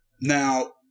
now